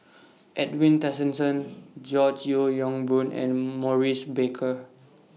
Edwin Tessensohn George Yeo Yong Boon and Maurice Baker